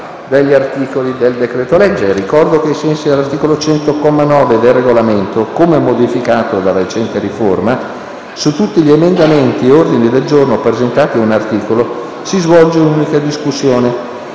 agli articoli del decreto-legge da convertire. Ricordo che, ai sensi dell'articolo 100, comma 9, del Regolamento, come modificato dalla recente riforma, su tutti gli emendamenti e ordini del giorno presentati ad un articolo si svolge un'unica discussione.